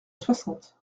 soixante